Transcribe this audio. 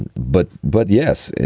and but but yes.